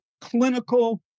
clinical